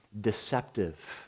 deceptive